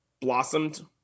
blossomed